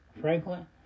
Franklin